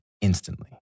instantly